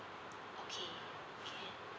okay can